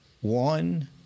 One